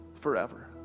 forever